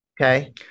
Okay